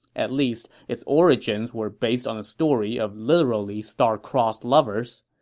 at least, its origins were based on a story of literally star-crossed lovers.